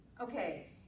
Okay